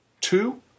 Two